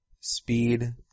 Speed